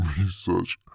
research